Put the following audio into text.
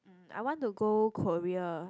um I want to go Korea